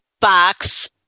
box